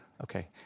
Okay